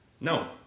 No